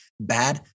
bad